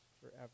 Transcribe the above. forever